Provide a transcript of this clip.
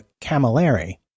Camilleri